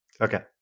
Okay